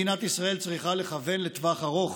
מדינת ישראל צריכה לכוון לטווח ארוך.